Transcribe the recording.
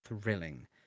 thrilling